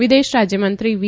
વિદેશ રાજ્યમંત્રી વી